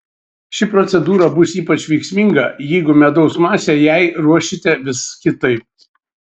ši procedūra bus ypač veiksminga jeigu medaus masę jai ruošite vis kitaip